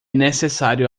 necessário